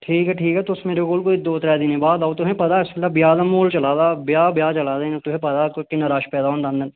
ठीक ऐ ठीक ऐ तुस मेरे कोल कोई दो त्रै दिनें बाद आओ तुहेंगी पता इस्सले ब्याह दा माहौल चला दा ब्याह ब्याह चला दे न तुसेंगी पता किन्ना रश पेदा हुंदा